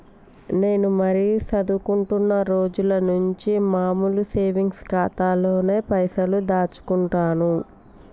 నేను మరీ చదువుకుంటున్నా రోజుల నుంచి మామూలు సేవింగ్స్ ఖాతాలోనే పైసలు దాచుకుంటున్నాను